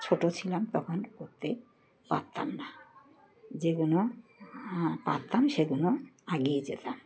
ছোটো ছিলাম তখন করতে পারতাম না যেগুলো পারতাম সেগুলো এগিয়ে যেতাম